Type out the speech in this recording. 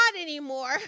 anymore